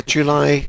July